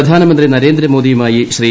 പ്രധാനമന്ത്രി നരേന്ദ്രമോദിയുമായി ശ്രീ